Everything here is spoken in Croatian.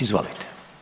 Izvolite.